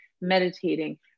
meditating